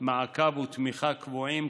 מעקב ותמיכה קבועים,